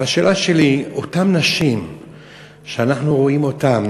אבל השאלה שלי: אותן נשים שאנחנו רואים אותן